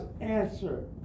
answer